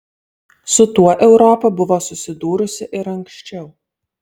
su tuo europa buvo susidūrusi ir anksčiau